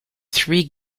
three